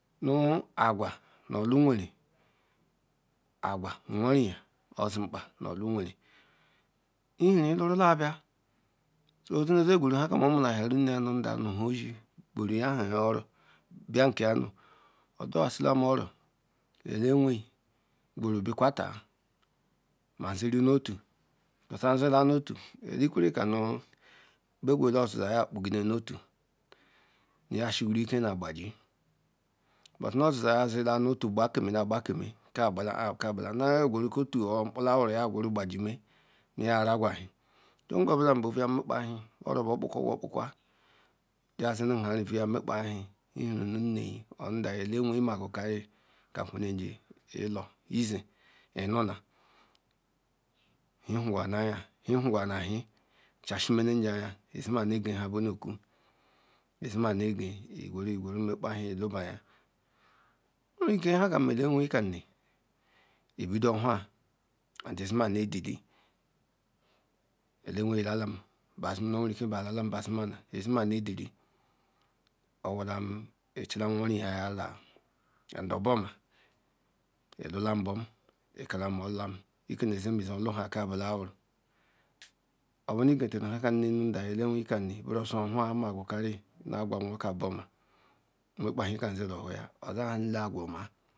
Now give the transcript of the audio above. nu agwea olunwara agwa nwori ozi nkpa nu olanwere ehi nu ilurabia ozi gweru hakiam omurahoru nma nu nda gwera yahaya oro bia kamu ordorhase lam oro eleweyi kweruyi bekaeta manuzir nste nzile nu otu eze ikwene kanu bea gwenu le ozia ya bugidenu otu nu ya shirle nu ogbaji obaro oziza zuam otu gbakeme gbakem nu awuya yorgwara otu morbu ebarlaru ya gbati me nu ya ragwehi kembola but la nmkpehie borkpubaokpukwa jiya zehire fuya nmekpehie ihienu elewayi magwu karie nka gwelechi ezre elu ihugwa hrehafwa nu hie chasimemem ji aya zimanye nha benokwu zimameje egwera nmekpe hin lubaya owereka hakeam nde wayi kanuim igbido ohua ezima nu edili elewei lalam bazima ezima nu edili onwolam echlam nworiam yala ehinu obuoma elulam libom ichilla ike zenu zekwo olura ke ebolaru ilewei kanunam bereozu hua nu agwa nwkiam nu obuoma nmkpe hie kam zihohua